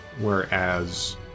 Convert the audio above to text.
Whereas